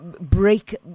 break